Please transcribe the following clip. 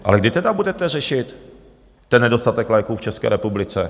Ale kdy tedy budete řešit ten nedostatek léků v České republice?